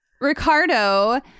Ricardo